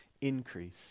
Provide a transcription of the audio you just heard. increase